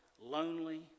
lonely